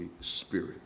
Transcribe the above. Spirit